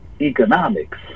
economics